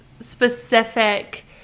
specific